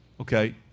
Okay